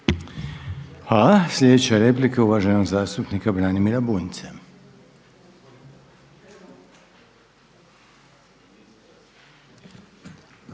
Hvala.